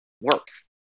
works